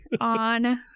on